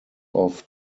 off